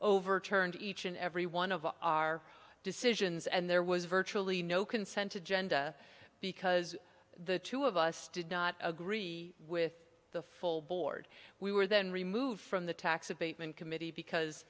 overturned each and every one of our decisions and there was virtually no consent agenda because the two of us did not agree with the full board we were then removed from the tax abatement committee because